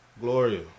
Gloria